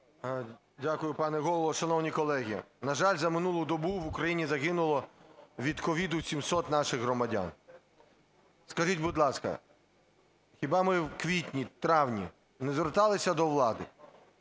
Дякую, пане Голово. Шановні колеги, на жаль, за минулу добу в Україні загинуло від COVID 700 наших громадян. Скажіть, будь ласка, хіба ми в квітні-травні не зверталися до влади,